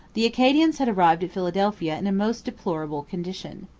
the acadians had arrived at philadelphia in a most deplorable condition.